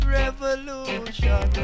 revolution